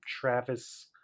Travis